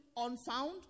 unfound